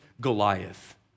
Goliath